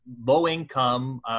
low-income